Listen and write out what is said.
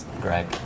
Greg